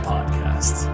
Podcast